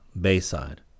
Bayside